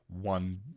One